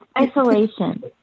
Isolation